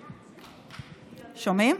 שומעים?